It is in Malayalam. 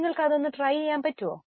നിങ്ങൾക് അത് ചെയ്യാൻ സാധിക്കുമോ